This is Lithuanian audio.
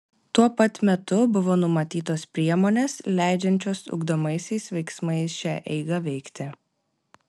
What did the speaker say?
tuo pat metu buvo numatytos priemonės leidžiančios ugdomaisiais veiksmais šią eigą veikti